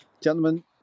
Gentlemen